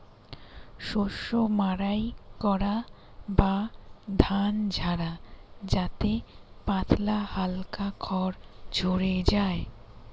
শস্য মাড়াই করা বা ধান ঝাড়া যাতে পাতলা হালকা খড় ঝড়ে যায়